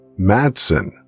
Madsen